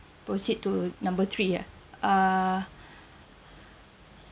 proceed to number three ah uh